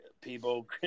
people